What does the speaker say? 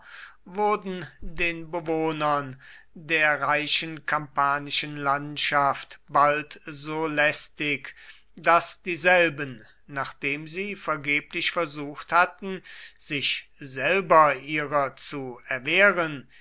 wurden den bewohnern der reichen kampanischen landschaft bald so lästig daß dieselben nachdem sie vergeblich versucht hatten sich selber ihrer zu erwehren